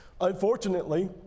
Unfortunately